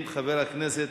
8279,